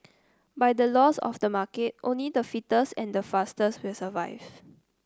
by the laws of the market only the fittest and fastest will survive